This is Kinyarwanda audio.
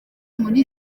muri